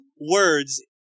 words